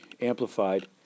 Amplified